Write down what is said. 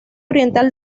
oriental